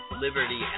liberty